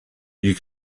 you